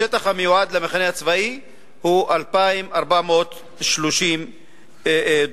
השטח המיועד למחנה הצבאי הוא 2,430 דונם.